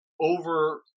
over